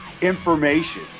information